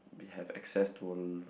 be have access tour